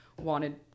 wanted